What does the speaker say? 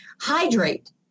Hydrate